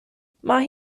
mae